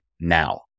now